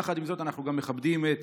עם זאת, אנחנו גם מכבדים את